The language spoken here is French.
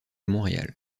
montréal